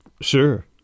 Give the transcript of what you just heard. Sure